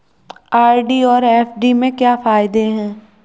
RD और FD के क्या फायदे हैं?